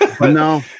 no